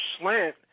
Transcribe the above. slant